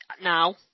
now